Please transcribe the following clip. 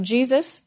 Jesus